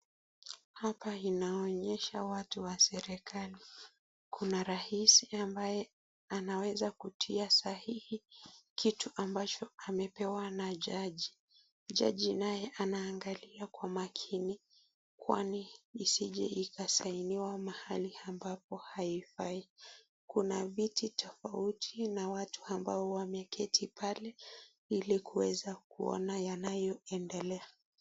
Hapa inaonyesha watu wa serkali, kuna rais ambaye answers kutia sahihi kitu ambayo amepewa na jaji. Jaji naye anaangalia kwa makini kwani isije ikasainiwa mahali ambapo haifai. Kuna viti tofauti na watu wameketi pale ili kuweza kuangalia yanayoendelea